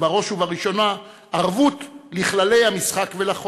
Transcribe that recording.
בראש ובראשונה ערבות לכללי המשחק ולחוק.